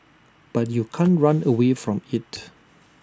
but you can't run away from IT